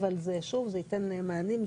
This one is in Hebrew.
אבל זה חשוב וייתן מענים.